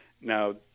now